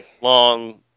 long